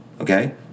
okay